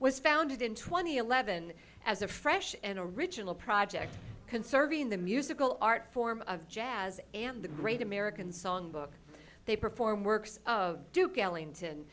was founded in twenty eleven as a fresh and original project conserving the musical art form of jazz and the great american songbook they perform works of duke ellington